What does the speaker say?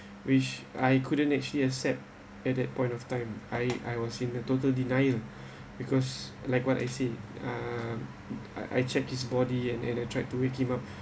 which I couldn't actually accept at that point of time I I was in the total denial because like what I seen uh I I checked his body and and tried to wake him up